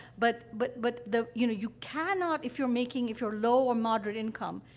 but but but the you know, you cannot, if you're making if you're low or moderate income,